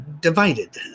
divided